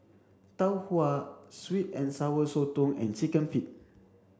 Tau Huay sweet and sour Sotong and chicken feet